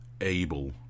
Able